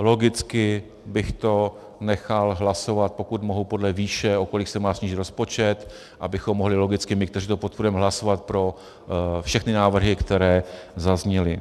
Logicky bych to nechal hlasovat, pokud mohu, podle výše, o kolik se má snížit rozpočet, abychom mohli logicky my, kteří to podporujeme, hlasovat pro všechny návrhy, které zazněly.